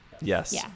Yes